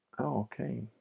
okay